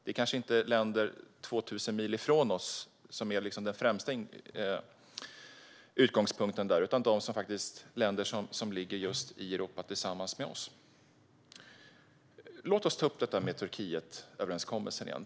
Det kanske inte är länder 2 000 mil ifrån oss som är den främsta utgångspunkten där utan de länder som faktiskt ligger just i Europa, tillsammans med oss. Låt oss ta upp detta med Turkietöverenskommelsen igen.